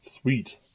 Sweet